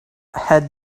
had